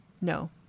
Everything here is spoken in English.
No